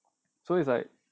so it's like